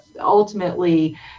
ultimately